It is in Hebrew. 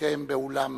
המתקיים באולם "נגב",